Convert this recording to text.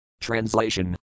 Translation